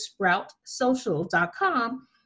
sproutsocial.com